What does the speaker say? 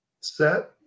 set